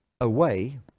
away